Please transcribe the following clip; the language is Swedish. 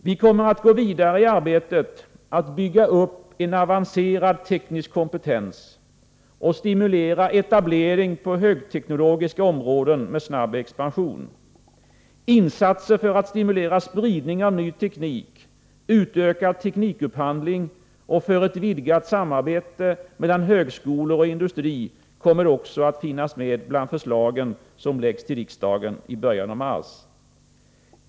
Vi kommer att gå vidare i arbetet på att bygga upp en avancerad teknisk kompetens och stimulera etablering på högteknologiska områden med snabb expansion. Insatser för att stimulera spridning av ny teknik, utökad teknikupphandling och insatser för ett vidgat samarbete mellan högskolor och industri kommer att finnas bland de förslag som läggs fram för riksdagen i början av mars.